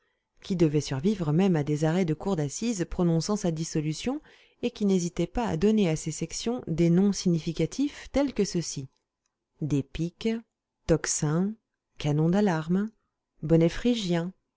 qui devait survivre même à des arrêts de cour d'assises prononçant sa dissolution et qui n'hésitait pas à donner à ses sections des noms significatifs tels que ceux-ci des piques canon d'alarme bonnet